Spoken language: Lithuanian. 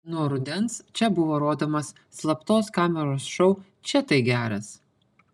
nuo rudens čia buvo rodomas slaptos kameros šou čia tai geras